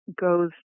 goes